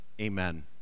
Amen